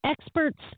Experts